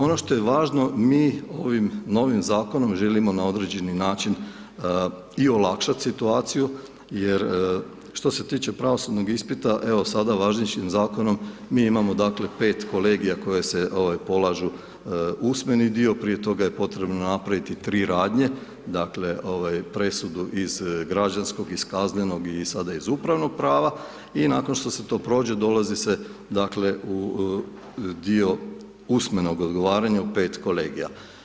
Ono što je važno, mi ovim novim zakonom, želimo na određeni način i olakšati situaciju, jer što se tiče pravosudnog ispita, evo, sada važećim zakonom, mi imamo dakle, 5 kolegija koji se polažu usmeni dio, prije toga je potrebna napraviti 3 radnje, dakle, presudu iz građanskog, iz kaznenog i sada iz upravnog prava i nakon što se to prođe, dolazi se, dakle, u dio usmenog odgovaranja u pet kolegija.